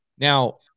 Now